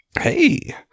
Hey